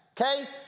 okay